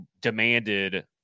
demanded